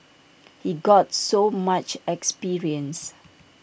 he got so much experience